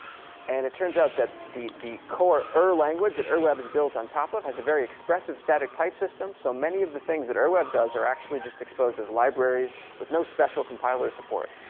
and it turns out that the the core ur language that ur web is built on top of has a very expressive static type system. so many of the things that ur web does are actually just exposed as libraries with no special compiler support.